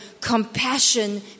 compassion